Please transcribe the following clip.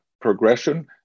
progression